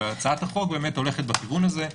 הצעת החוק הולכת בכיוון הזה.